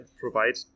provide